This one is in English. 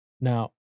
Now